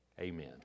Amen